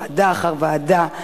ועדה אחרי ועדה,